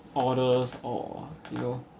oddest or you know